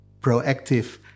proactive